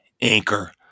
Anchor